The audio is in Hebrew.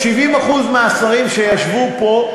70% מהשרים שישבו פה,